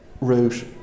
route